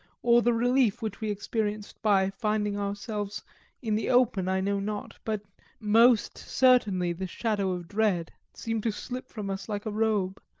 or the relief which we experienced by finding ourselves in the open i know not but most certainly the shadow of dread seemed to slip from us like a robe,